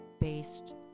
based